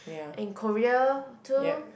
and Korea too